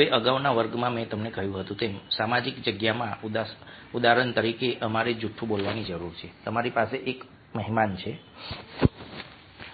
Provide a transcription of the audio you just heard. હવે અગાઉના વર્ગમાં મેં તમને કહ્યું હતું તેમ સામાજિક જગ્યામાં ઉદાહરણ તરીકે અમારે જૂઠું બોલવાની જરૂર છે તમારી પાસે એક મહેમાન છે